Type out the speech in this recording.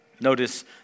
Notice